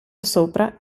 sopra